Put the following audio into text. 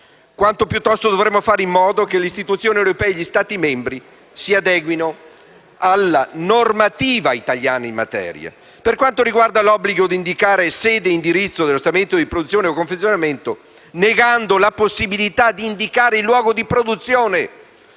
Italy.* Piuttosto, dovremmo fare in modo che le istituzioni europee e gli Stati membri si adeguino alla normativa italiana in materia. Per quanto riguarda l'obbligo di indicare sede e indirizzo dello stabilimento di produzione o confezionamento, negando la possibilità di indicare invece il luogo di produzione,